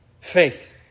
Faith